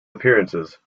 appearances